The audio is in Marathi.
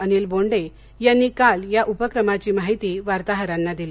अनिल बोंडे यांनी काल या उपक्रमाची माहिती वार्ताहरांना दिली